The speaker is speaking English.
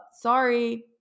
sorry